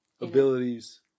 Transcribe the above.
abilities